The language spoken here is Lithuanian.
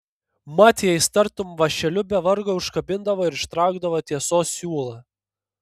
mat jais tartum vąšeliu be vargo užkabindavo ir ištraukdavo tiesos siūlą